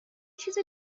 چیز